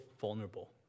vulnerable